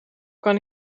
kan